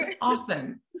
awesome